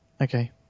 okay